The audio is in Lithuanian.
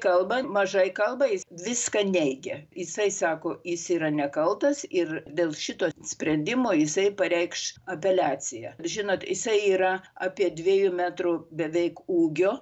kalbant mažai kalba jis viską neigia jisai sako jis yra nekaltas ir dėl šito sprendimo jisai pareikš apeliaciją žinot jisai yra apie dviejų metrų beveik ūgio